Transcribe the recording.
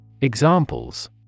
Examples